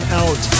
out